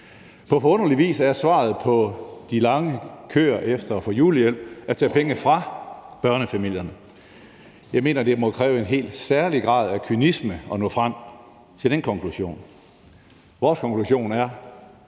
På forunderlig vis er svaret på de lange køer for at få julehjælp at tage pengene fra børnefamilierne. Jeg mener, at det må kræve en helt særlig grad af kynisme at nå frem til den konklusion. Vores konklusion er, at